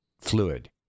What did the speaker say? fluid